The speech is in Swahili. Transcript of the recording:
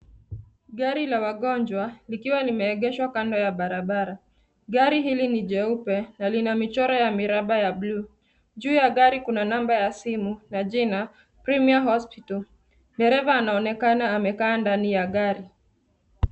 Gari la wagonjwa likiwa limeegeshwa kando ya barabara. Gari hili ni jeupe na lina michoro ya miraba ya blue . Juu ya gari kuna namba ya simu na jina Premier Hospital . Dereva anaonekana amekaa ndani ya gari.